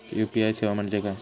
UPI सेवा म्हणजे काय?